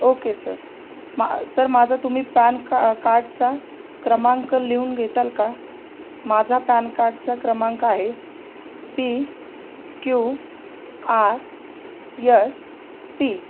okay sir मा sir माझा तुम्ही पॅन का कार्डचा क्रमांक लिहून घेताल का माझा पॅन कार्डचा क्रमांक आहे P Q R S T